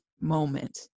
moment